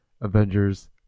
Avengers